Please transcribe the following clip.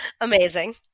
Amazing